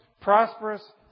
prosperous